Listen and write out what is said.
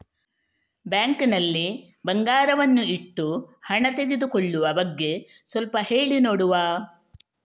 Bank ನಲ್ಲಿ ಬಂಗಾರವನ್ನು ಇಟ್ಟು ಹಣ ತೆಗೆದುಕೊಳ್ಳುವ ಬಗ್ಗೆ ಸ್ವಲ್ಪ ಹೇಳಿ ನೋಡುವ?